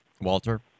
Walter